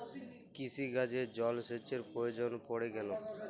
কৃষিকাজে জলসেচের প্রয়োজন পড়ে কেন?